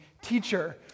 teacher